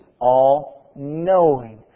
all-knowing